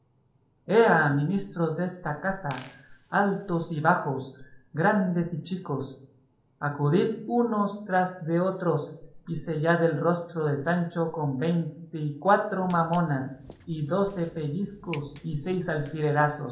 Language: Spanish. ea ministros de esta casa altos y bajos grandes y chicos acudid unos tras otros y sellad el rostro de sancho con veinte y cuatro mamonas y doce pellizcos y seis alfilerazos en